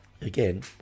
Again